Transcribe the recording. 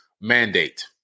mandate